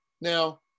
Now